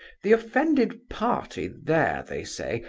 the offended party there, they say,